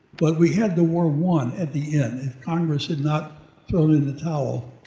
but we had the war won at the end if congress had not thrown in the towel.